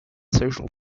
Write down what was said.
social